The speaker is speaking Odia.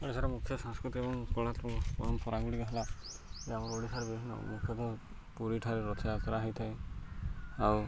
ଓଡ଼ିଶାରେ ମୁଖ୍ୟ ସାଂସ୍କୃତିକ ଏବଂ କଳା ପରମ୍ପରା ଗୁଡ଼ିକ ହେଲା ଯେ ଆମ ଓଡ଼ିଶାରେ ବିଭିନ୍ନ ମୁଖ୍ୟତଃ ପୁରୀଠାରେ ରଥଯାତ୍ରା ହେଇଥାଏ ଆଉ